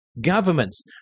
Governments